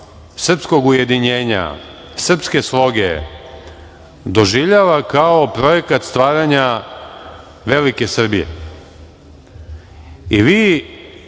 srpskog ujedinjenja, srpske sloge doživljava kao projekat stvaranja velike Srbije. Vi